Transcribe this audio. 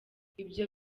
ibyo